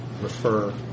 refer